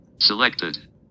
selected